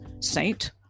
Saint